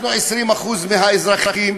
אנחנו 20% מהאזרחים,